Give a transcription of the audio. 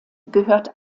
gehört